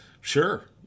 sure